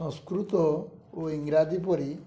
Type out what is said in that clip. ସଂସ୍କୃତ ଓ ଇଂରାଜୀ ପରି